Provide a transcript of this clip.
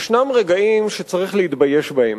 ישנם רגעים שצריך להתבייש בהם,